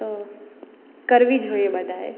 તો કરવી જોઈએ બધાએ